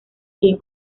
quien